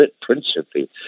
principally